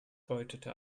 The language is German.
deutete